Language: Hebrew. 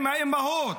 עם האימהות,